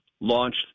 launched